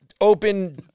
open